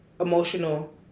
emotional